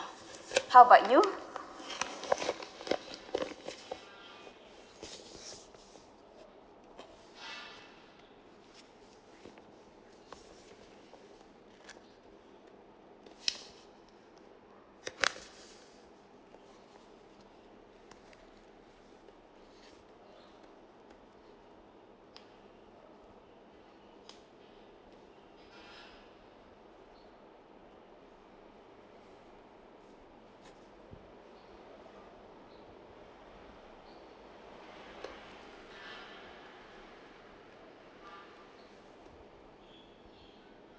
how about you